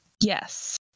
Yes